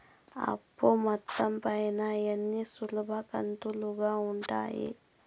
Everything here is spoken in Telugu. అప్పు మొత్తం పైన ఎన్ని సులభ కంతులుగా ఉంటాయి?